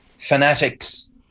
fanatics